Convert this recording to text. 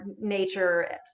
nature